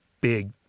big